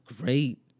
great